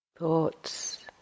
Thoughts